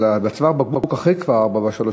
אבל צוואר הבקבוק הוא אחרי 443,